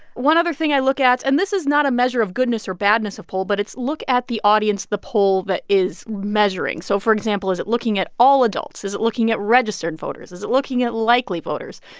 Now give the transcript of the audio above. one other thing i look at and this is not a measure of goodness or badness of poll but it's, look at the audience the poll that is measuring. so for example, is it looking at all adults? is it looking at registered voters? is it looking at likely voters?